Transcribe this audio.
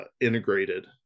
integrated